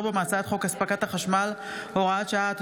בו מהצעת חוק הספקת החשמל (הוראת שעה),